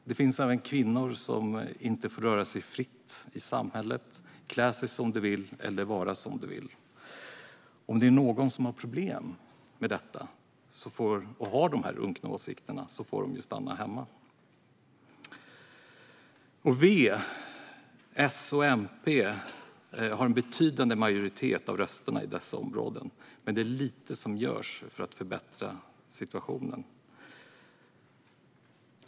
Det finns även kvinnor som inte får röra sig fritt i samhället, klä sig som de vill eller vara som de vill. Om det är någon som har problem med detta och har de här unkna åsikterna får de ju stanna hemma. V, S och MP har en betydande majoritet av rösterna i dessa områden, men det är lite som görs för att förbättra situationen.